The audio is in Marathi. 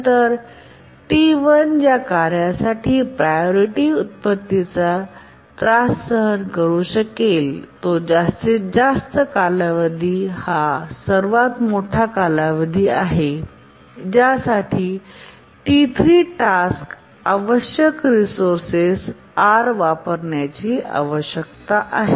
तर T1 ज्या कार्यासाठी प्रायोरिटी व्युत्पत्तीचा त्रास सहन करू शकेल तो जास्तीत जास्त कालावधी हा सर्वात मोठा कालावधी आहे ज्यासाठी T3 टास्क आवश्यक रिसोर्सेस R वापरण्याची आवश्यकता आहे